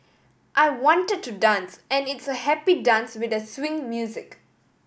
I wanted to dance and it's a happy dance with the swing music